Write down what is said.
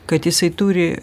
kad jisai turi